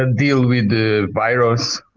and deal with the virus.